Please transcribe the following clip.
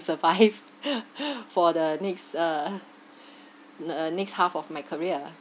survive for the next uh n~ next half of my career